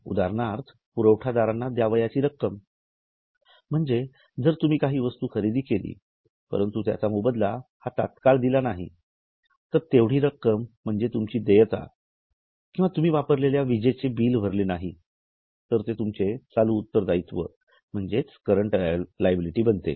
उदाहरणार्थ पुरवठादारांना द्यावयाची रक्कम म्हणजे जर तुम्ही काही वस्तू खरेदी केली परंतु त्याचा मोबदला तात्काळ दिला नाही तर तेवढी रक्कम म्हणजे तुमची देयता किंवा तुम्ही वापरलेल्या विजेचे बिल भरले नाही तर ते तुमचे चालू उत्तरदायित्व म्हणजे करंट लायबिलिटी बनते